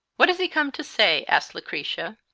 what has he come to say? asked lucretia.